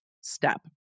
step